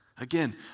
Again